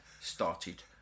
started